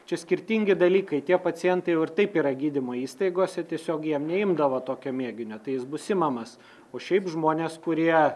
čia skirtingi dalykai tie pacientai jau ir taip yra gydymo įstaigose tiesiog jiem neimdavo tokio mėginio tai jis bus imamas o šiaip žmonės kurie